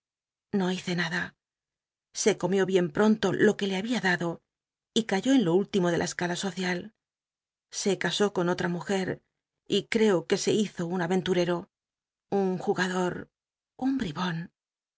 no hice nada se comió bien pronto lo que le había dado y cayó en lo último ele la escala social se casó con ol a mujer y creo que se hiw vn aventuco un jugado un bribon